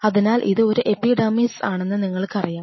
അതിനാൽ ഇത് ഒരു എപ്പിഡെർമിസ് ആണെന്ന് നിങ്ങൾക്കറിയാം